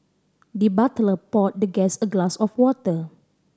the butler poured the guest a glass of water